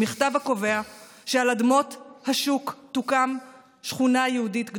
מכתב הקובע שעל אדמות השוק תוקם שכונה יהודית גדולה.